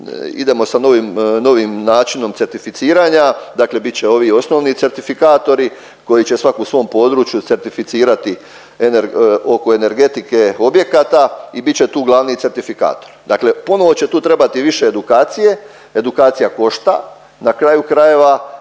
idemo sa novim, novim načinom certificiranja. Dakle bit će ovi osnovni certifikatori koji će svako u svom području certificirati oko energetike objekata i bit će tu glavni certifikator. Dakle ponovno će tu trebati više edukacije, edukacija košta. Na kraju krajeva